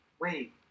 wait